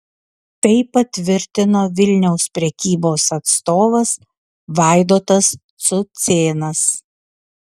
tai patvirtino vilniaus prekybos atstovas vaidotas cucėnas